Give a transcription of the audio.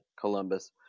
Columbus